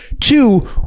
Two